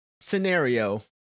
scenario